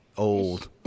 old